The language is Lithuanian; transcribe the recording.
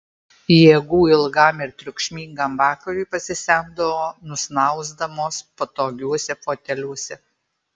jėgų ilgam ir triukšmingam vakarui pasisemdavo nusnausdamos patogiuose foteliuose